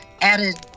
added